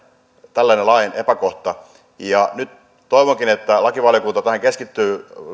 tällainen lain epäkohta nyt toivonkin että lakivaliokunta tähän keskittyy